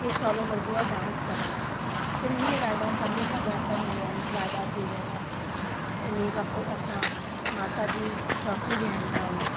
खे सहुलो लॻंदो आहे डांस करणु सिंधीअ लाॾा सभिनी खां बहितर हूंदा आहिनि लाॾा थी विया इन ई खां पोइ असां माता जी चौकी विहाईंदा आहियूं